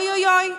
אוי אוי אוי,